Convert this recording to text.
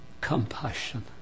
compassion